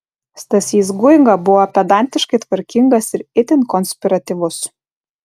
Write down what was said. stasys guiga buvo pedantiškai tvarkingas ir itin konspiratyvus